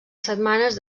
setmanes